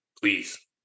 Please